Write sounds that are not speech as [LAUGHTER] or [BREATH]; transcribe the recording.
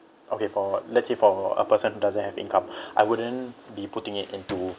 okay for let's say for a person who doesn't have income [BREATH] I wouldn't be putting it into